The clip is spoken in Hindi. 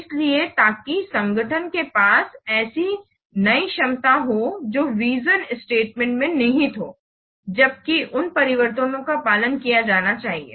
इसलिए ताकि संगठन के पास ऐसी नई क्षमता हो जो विज़न स्टेटमेंट में निहित हो जबकि उन परिवर्तनों का पालन किया जाना चाहिए